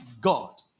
God